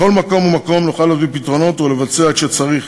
בכל מקום ומקום נוכל להביא פתרונות ולבצע את מה שצריך,